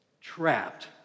trapped